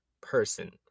person